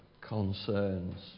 concerns